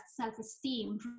self-esteem